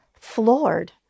floored